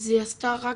אז היא עשתה רק,